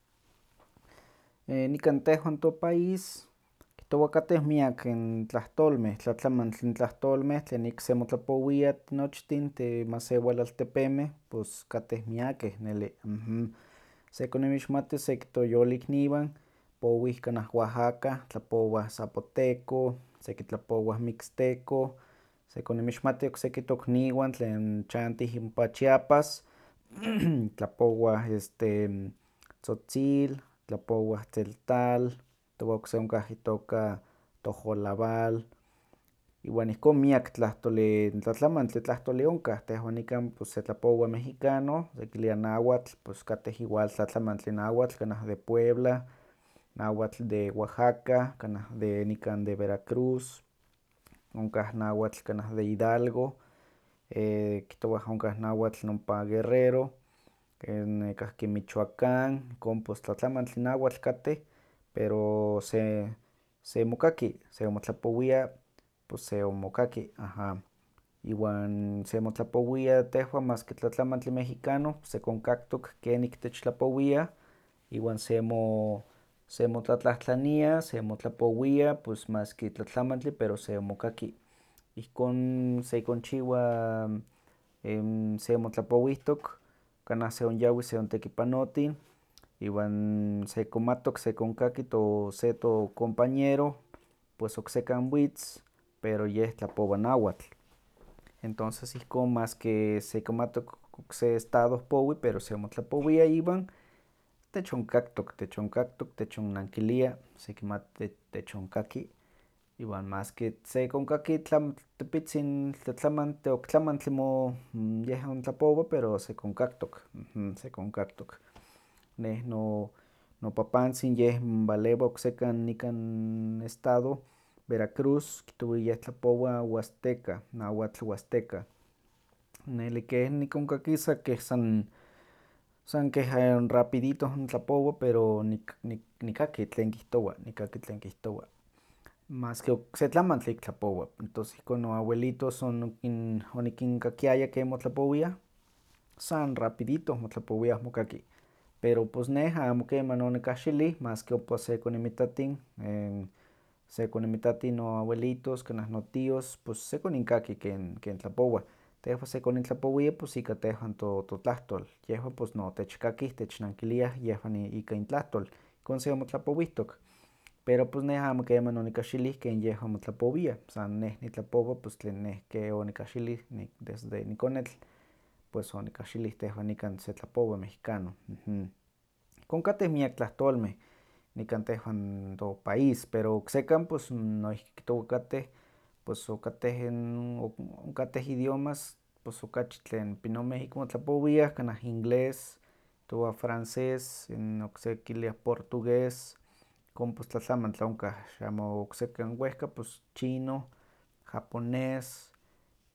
tehwan nikan topais kihtowa katteh miak ntlahtolmeh, tlatlamantli n tlahtolmeh tlen ik seonmotlapowiah tinochtin timasewalaltepemeh pus katteh miakeh, nelli. Sekoninmixmati seki toyolikniwan powih kanah oaxaca, tlapowah zapoteco, seki tlapowah mixteco, sekoninmixmati okseki tokniwan tlen chantih impa chiapas tlapowah este tzotzil, tlapowah tzeltal, kihtowa okse onkah itooka tojolabal, iwan ihkon miak tlahtolli tlatlamantli tlahtolli onkah, tehwan nikan pus setlapowa mexicano, sekilia nahuatl, pues katteh igual tlatlamantli nahuatl kanah de puebla, nahuatl de oaxaca, kanah de de nika de veracruz, onkah nahuatl kanah de hidalgo, kihtowah onka nahuatl ompa guerrero, nekahki michiacán, ihkon pus tlatlamantli nahuatl katteh, pero se- semokaki, seonmotlapowia pus seonmokaki, aha. Iwan semotlapowia tehwan maski tlatlamantli mexicano pus sekonkaktok kenin techtlapowia, iwan semo- semotlatlahtlania semotlapowia pus maski tlatlamantli, pero seonmokaki, ihkon sekonchiwa seonmotlapowihtok, kanah seonyawi seontekipanotin, iwan sekonmattok sekonkaki setocompañero pues oksekan witz pero yeh tlapowa nahuatl, entonces ihkon maski sekonmatok okse estado powi, pero semotlapowia iwan, techonkaktok, techonkaktok, techonnankilia, sekiati techonkaki, iwan maski sekonkaki tla- tepitzin tlatlamantl- oktlamantli mo- yeh ontlapowa pero sekonkaktok, sekonkaktok. Neh no- nopapantzin yeh walewa osekan estado veracruz, kihtowa yeh tlapowa, huasteca, nahuatl huasteca, neli ke nikonkaki sa keh sa, san rapidito ontlapowa pero nik- nik- nikaki tlen kihtowa, nikaki tlen kihtowa, maski okse tlamantli ik tlapowa entos ihkon noawelitos nikin- onikinkakiaya ken motlapowiah, san rapidito motlapowiah mokaki, pero pus neh amo keman onikahxilih, maski ompa sekoninmitatin, sekoninmitatin noawelitos, kanah notios, pus sekoninkaki ken- ken tlapowah, tehwan sekonintlapowia pus ika tehwan totlahtol, yehwan pues notechkakih, technankiliah yehwan ika intlahtil, ihkon seonmotlapowihtok, pero pus neh amo keman onikahzilih ken yehwan motlapowiah, san neh nitlapowa pues tel neh ke onikahxilih, nik- desde nikonetl pues onikahxilih, tehwan nikan setlapowa mexicano. Ihkon kattehmiak tlahtolmeh, nikan tehwan topaís pero oksekan pues noihki kihtowa katteh, okateh- onkatteh idiomas pus okachi tlen pinomeh ika motlapowiah, kanah inglés, kihtowah francés, okse kiliah portugués, ihkon pues tlatlamantli onkah xamo oksekan wehka pus chino, japonés,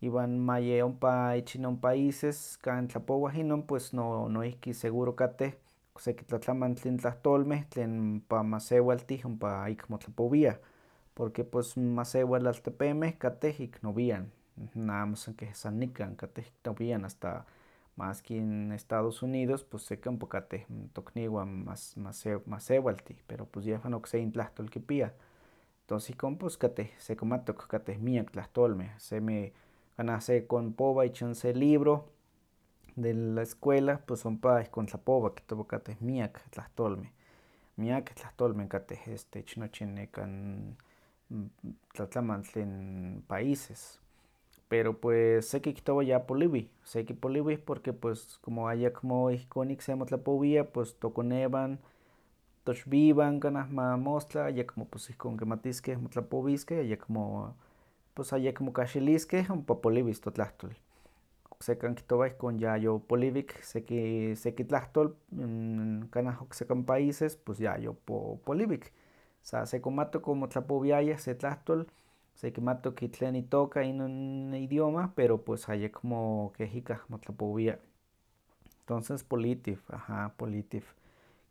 iwan mayi ompa ich inon países kan tlapowah inon pues no- noihki seguro katteh okseki tlatlamantli n tlahtlmeh tlen ompa masewaltih ompa ik motlapowiah, porque pues masewalaltepemeh, katteh ik nowian, amo san keh san nikan, katteh nowian, asta maski n estados unidos, pues skei ompa katteh tokniwan mase- mase- masewaltih, pero pues yehwan okse intlahtol kipiah, tos ihkon pus katteh, sekimattok kateh miak tlahtolmeh, semi kanah sekonpowa ich n se libro, de la escuela, pues ompa hkon tlapowa, kihtowa pus katteh miak tlahtolmeh, miakeh tlahtolmeh katteh, este ich nochi nekan, tlatlamantli n paises, pero pues skei kihtowa yapoliwih, seki poliwih porque pues cmo ayekmo ihkon iksemotlapowia, pues tokonewan, toxwiwan kanah ma mostla ayekmo pues ihkon kimatiskeh motlapowiskeh, ayekmo pues ayekmo kahxiliskeh ompa poliwis totlahtol, oksekan kihtowa ihkon yayopoliwik, seki seki tlahtol kanah oksekan paises pues yayo- yayopoliwik, sa sekimatok omotlapowiayah se tlahtol sekimatok tlen itooka inon idioma pero pues ayekmo keh ikah motlapowia, tonses politiw, aha, politiw,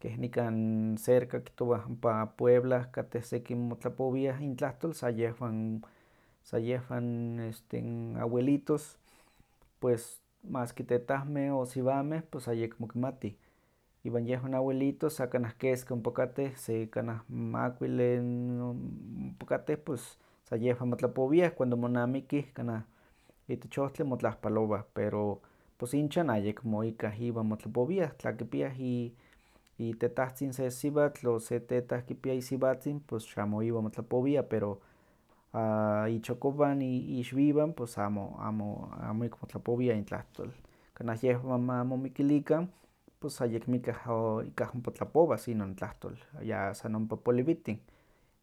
keh nikan cerca kihtowa ompa puebla katteh seki motlapowiah intlahtol sa yehwan sa yehwan este awelitos, maski tetahmeh o siwameh pues ayekmo kimatih, iwan yehwan awelitos, sa kanah keski ompa katteh, se kanah makuilli n ompa katteh, pus sa yehwan motlapowiah cuando monamikih kanah itech ohtli motlahpalowah, pero pos inchan ayeko ikah iwan motlapowiah, tla kipiah i- i- tetahtzin se siwatl, o se tetah kipia isiwatzin, pus xamo iwan motlapowia, pero a- ichokowan. iixwiwan amo- amo- amo ik motlapowiah intlahtol, kanah yehwan ma momikilikan pues ayekmikah o- ikan ompa tlapowas inon tlahtol, ya san ompa poliwitin,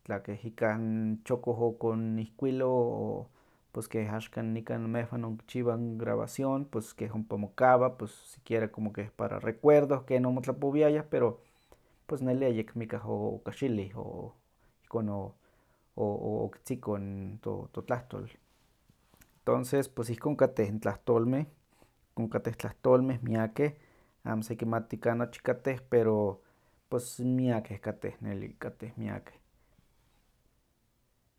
tla keh ikah n chokoh okonihkuilo o pues keh axkan nikan anmehwan onkichiwah n grabación, pus keh ompa mokawa pus sikiera como keh para recuerdo ken omotlapowiayah pero pues neli ayekmikah okahxilih, o ihkon o- o- okitzikoh n to- totlahtol. Tonses pues ihkon kateh n tlahtolmeh, ihkon katteh tlahtolmeh miakeh, amo sekimati kan achi katteh, pero pues miakeh katteh, neli, katteh miakeh.